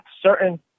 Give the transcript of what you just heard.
certain